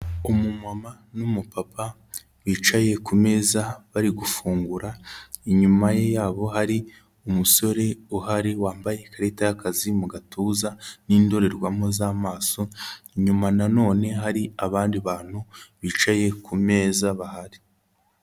Umumama n'umupapa bicaye ku meza bari gufungura inyuma yabo hari umusore uhari wambaye ikarita y'akazi mu gatuza n'indorerwamo z'amaso, inyuma nanone hari abandi bantu bicaye ku meza bahari.